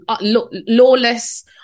lawless